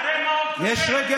תראה מה, יש רגש.